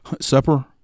supper